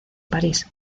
parís